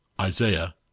isaiah